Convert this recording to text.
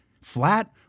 flat